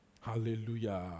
Hallelujah